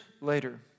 later